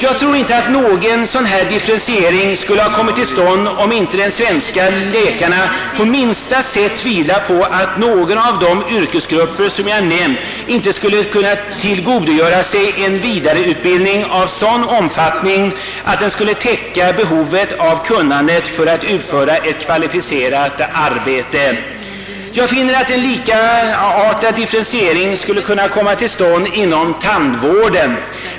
Jag tror inte att någon sådan differentiering skulle ha kommit till stånd, om de svenska läkarna på minsta sätt tvivlat på att någon av de yrkesgrupper som jag nämnt skulle kunna tillgodogöra sig en vidareutbildning av sådan omfattning att den skulle täcka behovet av kunnande för att utföra ett kvalificerat arbete. Jag finner att en likartad differentiering skulle kunna genomföras inom tandvården.